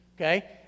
okay